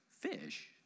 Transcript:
fish